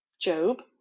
Job